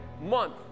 month